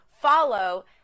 follow